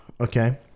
okay